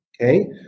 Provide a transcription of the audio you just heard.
Okay